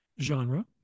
genre